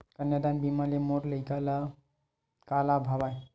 कन्यादान बीमा ले मोर लइका ल का लाभ हवय?